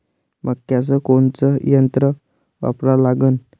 मक्याचं कोनचं यंत्र वापरा लागन?